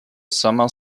summer